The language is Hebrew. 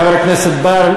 חבר הכנסת בר,